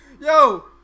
Yo